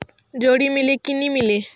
जोणी मीले कि नी मिले?